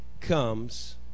comes